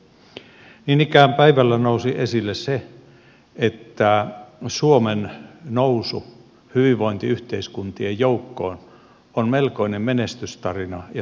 niin ikään päivällä nousi esille se että suomen nousu hyvinvointiyhteiskuntien joukkoon on melkoinen menestystarina ja suuri ihme